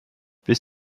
bis